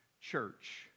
Church